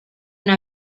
una